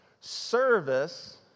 service